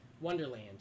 wonderland